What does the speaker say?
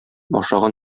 ашаган